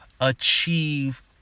achieve